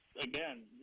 again